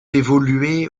évolué